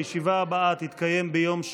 הישיבה הבאה תתקיים ביום שני,